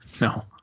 no